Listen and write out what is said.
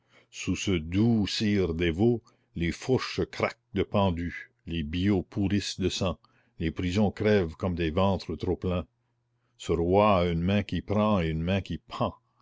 sous ce doux sire dévot les fourches craquent de pendus les billots pourrissent de sang les prisons crèvent comme des ventres trop pleins ce roi a une main qui prend et une main qui pend